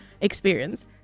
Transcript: experience